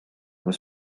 was